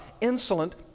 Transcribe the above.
insolent